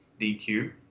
DQ